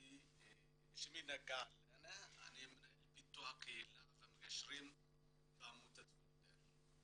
אני מנהל פיתוח קהילה ומגשרים בעמותת "פידל".